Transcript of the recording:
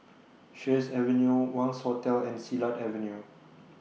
Sheares Avenue Wangz Hotel and Silat Avenue